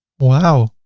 wow!